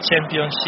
Championship